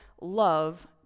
love